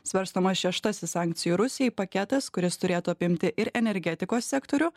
svarstomas šeštasis sankcijų rusijai paketas kuris turėtų apimti ir energetikos sektorių